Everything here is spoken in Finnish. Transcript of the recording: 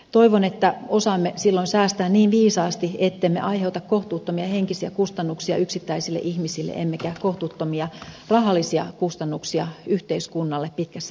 toivon että osaamme silloin säästää niin viisaasti ettemme aiheuta kohtuuttomia henkisiä kustannuksia yksittäisille ihmisille emmekä kohtuuttomia rahallisia kustannuksia yhteiskunnalle pitkässä juoksussa